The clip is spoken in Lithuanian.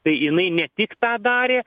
tai jinai ne tik tą darė